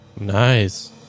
nice